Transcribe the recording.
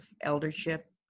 eldership